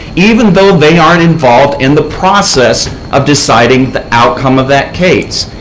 even though they aren't involved in the process of deciding the outcome of that case.